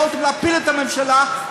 יכולתם להפיל את הממשלה.